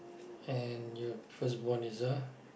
and your firstborn is a